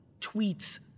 tweets